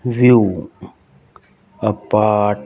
view apart